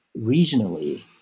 regionally